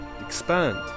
expand